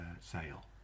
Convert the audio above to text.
sale